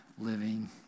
living